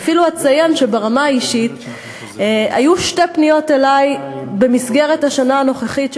אני אפילו אציין שברמה האישית היו אלי שתי פניות בשנה הנוכחית,